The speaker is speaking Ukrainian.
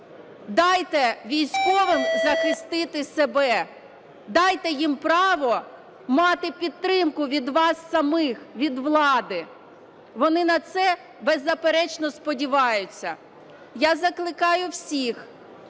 Дайте військовим захистити себе, дайте їм право мати підтримку від вас самих, від влади. Вони на це беззаперечно сподіваються. Я закликаю всіх